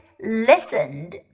listened